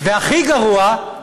והכי גרוע,